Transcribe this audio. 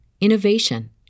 innovation